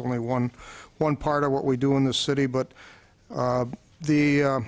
only one one part of what we do in the city but the